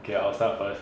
okay I'll start first